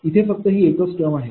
इथे फक्त ही एकच टर्म आहे